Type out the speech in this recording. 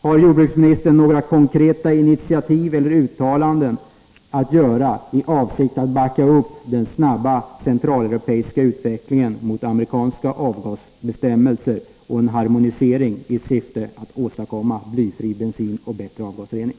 Har jordbruksministern några konkreta initiativ att redovisa eller uttalanden att göra i avsikt att backa upp den snabba centraleuropeiska utvecklingen mot amerikanska avgasbestämmelser och mot en harmonisering av bestäm: melserna för att åstadkomma en blyfri bensin och bättre avgasrening?